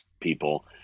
people